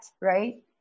right